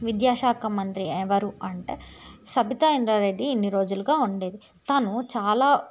విద్యాశాఖ మంత్రి ఎవరు అంటే సబితా ఇంద్రారెడ్డి ఇన్ని రోజులుగా ఉండేది తను చాలా